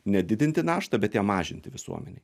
nedidinti naštą bet ją mažinti visuomenei